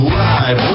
live